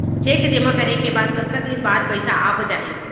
Cheque जेमा करें के कतका दिन बाद पइसा आप ही?